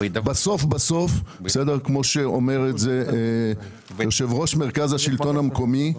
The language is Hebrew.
בסוף כמו שאומר את זה יושב ראש מרכז השלטון המקומי,